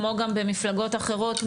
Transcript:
כמו גם במפלגות אחרות.